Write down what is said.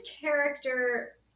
character